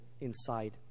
inside